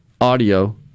audio